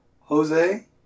Jose